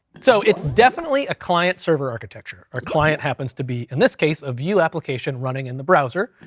so it's definitely a client-server architecture. our client happens to be, in this case, a view application running in the browser,